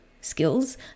skills